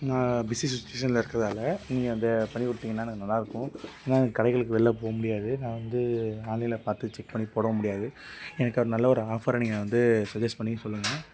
நான் பிஸி சுச்சுவேஷனில் இருக்கறதால் நீங்கள் அப்டே பண்ணி கொடுத்தீங்கன்னா எனக்கு நல்லா இருக்கும் ஏனா கடைகளுக்கு வெளில போக முடியாது நான் வந்து ஆன்லைனில் பார்த்து செக் பண்ணி போடவும் முடியாது எனக்கு ஒரு நல்ல ஒரு ஆஃபரை நீங்கள் வந்து சஜெஸ்ட் பண்ணி சொல்லுங்கள்